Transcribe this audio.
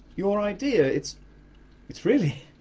your idea, it's it's really,